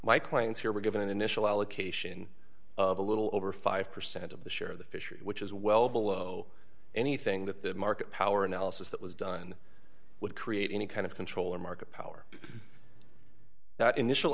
clients here were given an initial allocation of a little over five percent of the share of the fishery which is well below anything that that market power analysis that was done would create any kind of control or market power that initial